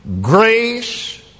grace